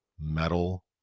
metal